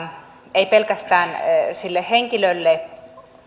ei pelkästään sille henkilölle